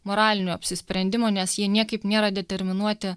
moralinio apsisprendimo nes jie niekaip nėra determinuoti